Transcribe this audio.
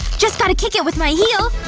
just gotta kick it with my heel